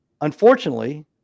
unfortunately